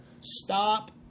Stop